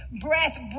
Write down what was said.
breath